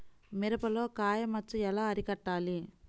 మిరపలో కాయ మచ్చ ఎలా అరికట్టాలి?